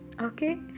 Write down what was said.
Okay